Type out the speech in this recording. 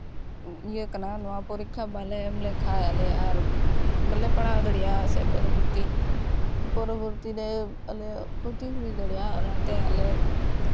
ᱤᱭᱟᱹ ᱠᱟᱱᱟ ᱱᱚᱣᱟ ᱯᱚᱨᱤᱠᱠᱷᱟ ᱵᱟᱞᱮ ᱮᱢ ᱞᱮᱠᱷᱟᱱ ᱟᱞᱮ ᱟᱨ ᱵᱟᱞᱮ ᱯᱟᱲᱦᱟᱣ ᱫᱟᱲᱮᱭᱟᱜᱼᱟ ᱥᱮ ᱯᱚᱨᱚᱵᱚᱨᱛᱤ ᱯᱚᱨᱚᱵᱚᱨᱛᱤ ᱨᱮ ᱟᱞᱮᱭᱟᱜ ᱠᱷᱚᱛᱤ ᱦᱩᱭ ᱫᱟᱲᱮᱭᱟᱜᱼᱟ ᱚᱱᱟᱛᱮ ᱟᱞᱮ